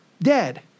dead